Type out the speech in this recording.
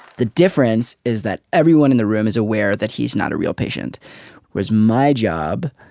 the difference is that everyone in the room is aware that he is not a real patient was my job.